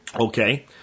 Okay